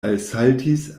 alsaltis